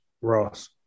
Ross